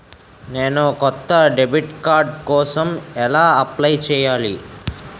నేను కొత్త debit card కోసం ఎలా అప్లయ్ చేయాలి?